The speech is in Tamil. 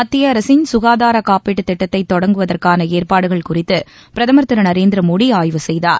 மத்திய அரசின் சுகாதார காப்பீட்டுத் திட்டத்தை தொடங்குவதற்கான ஏற்பாடுகள் குறித்து பிரதமர் திரு நரேந்திர மோடி ஆய்வு செய்தார்